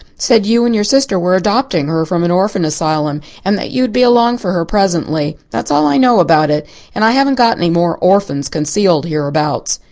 said you and your sister were adopting her from an orphan asylum and that you would be along for her presently. that's all i know about it and i haven't got any more orphans concealed hereabouts.